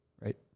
right